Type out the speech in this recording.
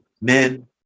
men